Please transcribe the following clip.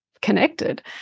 connected